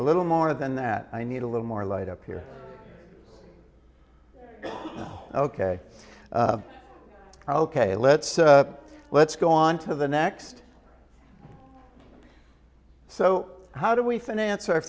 a little more than that i need a little more light up here ok ok let's let's go on to the next so how do we finance our